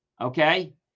okay